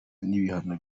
n’ibihano